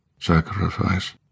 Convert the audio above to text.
sacrifice